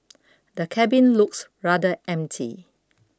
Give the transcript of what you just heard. the cabin looks rather empty